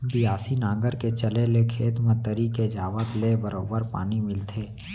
बियासी नांगर के चले ले खेत म तरी के जावत ले बरोबर पानी मिलथे